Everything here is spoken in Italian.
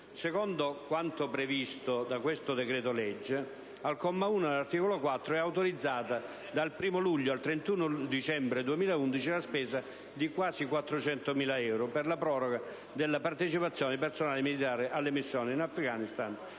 Secondo quanto previsto dal decreto-legge in esame, al comma 1 dell'articolo 4 è autorizzata, dal 1° luglio al 31 dicembre 2011, la spesa di quasi 400 milioni di euro per la proroga della partecipazione di personale militare alle missioni ISAF